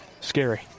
Scary